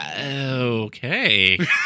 Okay